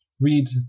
read